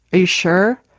a sure.